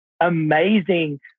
amazing